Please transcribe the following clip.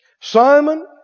Simon